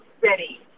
ready